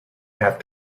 have